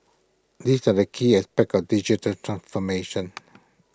these are the key aspects of digital transformation